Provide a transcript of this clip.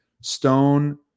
stone